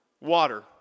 water